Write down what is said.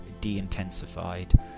de-intensified